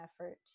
effort